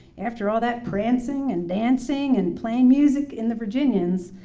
after all that prancing and dancing and playing music in the virginians,